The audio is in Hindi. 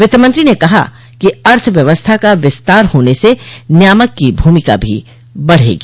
वित्त मंत्री ने कहा कि अर्थव्यवस्था का विस्तार होने से न्यामक की भूमिका भी बढ़ेगी